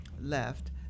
left